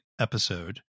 episode